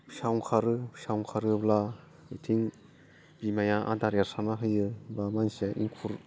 फिसा ओंखारो फिसा ओंखारोब्ला बिथिं बिमाया आदार एरस्राना होयो बा मानसिया एंखुर